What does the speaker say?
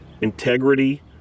integrity